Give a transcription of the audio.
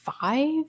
five